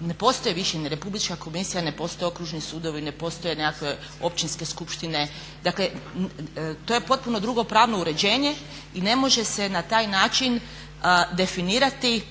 Ne postoje više, ni Republička komisija, ne postoje okružni sudovi, ne postoje nekakve općinske skupštine. Dakle to je potpuno drugo pravno uređenje i ne može se na taj način definirati